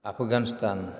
Afghanistan